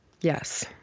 Yes